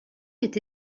est